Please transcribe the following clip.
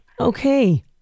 Okay